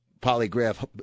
polygraph